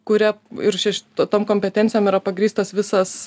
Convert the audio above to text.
kuria ir čia tom kompetencijom yra pagrįstas visas